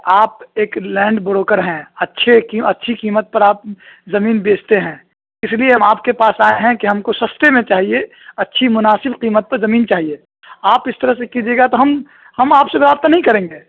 آپ ایک land broker ہیں اچھے اچھی قیمت پر آپ زمین بیچتے ہیں اس لیے ہم آپ کے پاس آئے ہیں کہ ہم کو سستے میں چاہیے اچھی مناسب قیمت پر زمین چاہیے آپ اس طرح سے کیجیے گا تو ہم ہم آپ سے رابطہ نہیں کریں گے